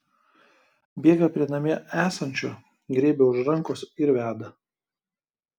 bėga prie namie esančio griebia už rankos ir veda